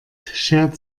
schert